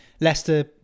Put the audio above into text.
Leicester